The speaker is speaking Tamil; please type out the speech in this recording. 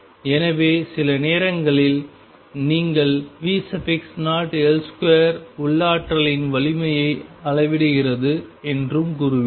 எனவே சில நேரங்களில் நீங்கள் V0L2 உள்ளாற்றலின் வலிமையை அளவிடுகிறது என்றும் கூறுவீர்கள்